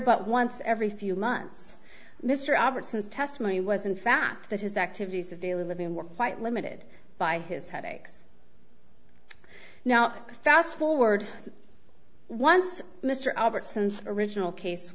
but once every few months mr robertson's testimony was in fact that his activities of daily living were quite limited by his headaches now fast forward once mr albertson's original case